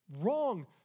wrong